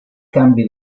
canvi